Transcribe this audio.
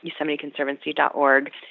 YosemiteConservancy.org